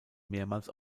mehrmals